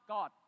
God